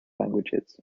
languages